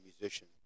musician